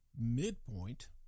midpoint